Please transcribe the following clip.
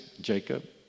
Jacob